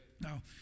Now